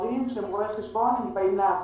גברים שהם רואי חשבון באים לעבודה.